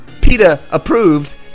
PETA-approved